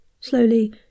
Slowly